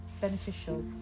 beneficial